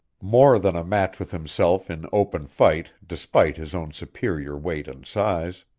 more than a match with himself in open fight despite his own superior weight and size.